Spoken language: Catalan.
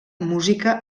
música